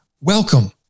Welcome